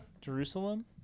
Jerusalem